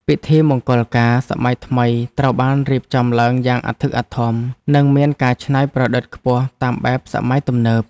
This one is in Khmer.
ពិធីមង្គលការសម័យថ្មីត្រូវបានរៀបចំឡើងយ៉ាងអធិកអធម និងមានការច្នៃប្រឌិតខ្ពស់តាមបែបសម័យទំនើប។